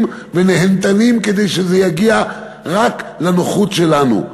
ונהנתנים כדי שזה יגיע רק לנוחות שלנו.